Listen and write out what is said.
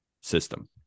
system